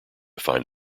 find